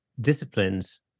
disciplines